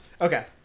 okay